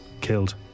killed